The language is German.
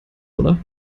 oder